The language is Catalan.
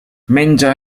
menja